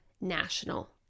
National